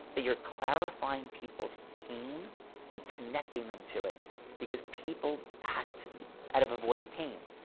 that you're clarifying people's pain and connecting them to it because people act out of avoiding pain.